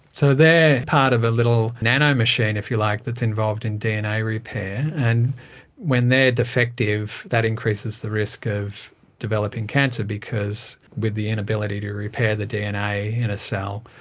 so they are part of a little nanomachine, if you like, that's involved in dna repair. and when they are defective, that increases the risk of developing cancer because with the inability to repair the dna in a cell,